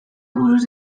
buruz